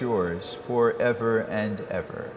yours for ever and ever